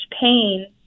pain